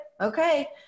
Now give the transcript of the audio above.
Okay